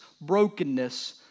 brokenness